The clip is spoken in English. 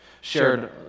Shared